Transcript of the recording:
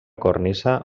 cornisa